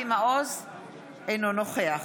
אינו נוכח